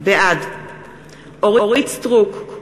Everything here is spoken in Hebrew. בעד אורית סטרוק,